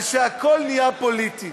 על שהכול נהיה פוליטי,